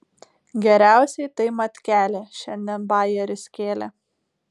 geriausiai tai matkelė šiandien bajerį skėlė